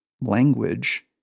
language